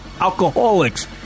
alcoholics